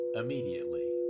immediately